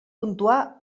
puntuar